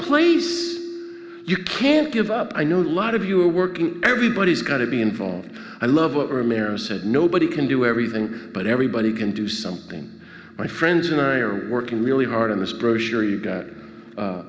place you can't give up i know a lot of you are working everybody's got to be involved i love our mares and nobody can do everything but everybody can do something my friends and i are working really hard in this brochure you got